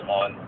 on